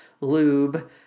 lube